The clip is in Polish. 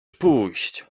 puść